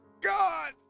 God